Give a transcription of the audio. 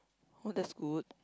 oh that's good